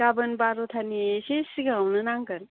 गाबोन बार'थानि एसे सिगाङावनो नांगोन